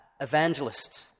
evangelist